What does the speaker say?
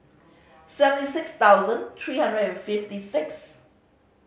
seventy six thousand three hundred and fifty six